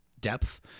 depth